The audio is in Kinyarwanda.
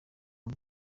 the